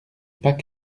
pas